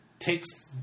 takes